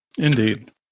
Indeed